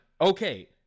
okay